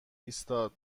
ایستاد